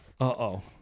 uh-oh